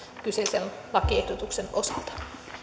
kyseisen lakiehdotuksen osalta